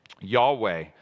Yahweh